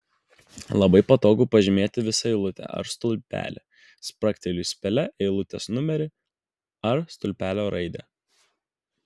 labai patogu pažymėti visą eilutę ar stulpelį spragtelėjus pele eilutės numerį ar stulpelio raidę